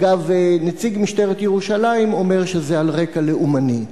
אגב, נציג משטרת ירושלים אומר שזה על רקע לאומני.